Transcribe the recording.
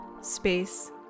space